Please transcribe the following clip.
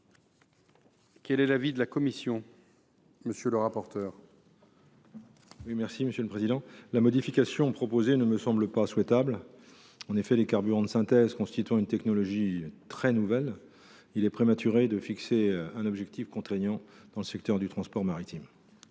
Quel est l’avis de la commission ? La modification proposée ne me semble pas souhaitable. Les carburants de synthèse étant une technologie très neuve, il est prématuré de fixer un objectif contraignant dans le secteur du transport maritime.